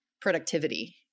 productivity